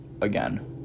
again